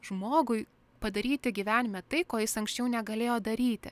žmogui padaryti gyvenime tai ko jis anksčiau negalėjo daryti